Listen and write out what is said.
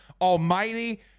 almighty